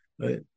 Right